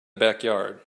backyard